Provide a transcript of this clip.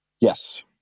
Yes